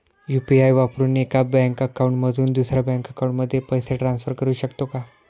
UPI वापरून एका bank account मधून दुसऱ्या बँक अकाउंटमध्ये पैसे ट्रान्सफर करू शकतो का?